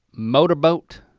motorboat.